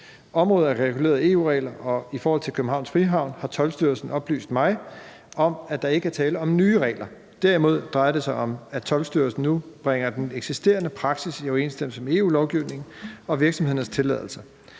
Området er reguleret af EU-regler, og i forhold til Københavns Frihavn har Toldstyrelsen oplyst mig om, at der ikke er tale om nye regler. Derimod drejer det sig om, at Toldstyrelsen nu bringer den eksisterende praksis i overensstemmelse med EU-lovgivningen og virksomhedernes tilladelser.